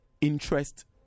interest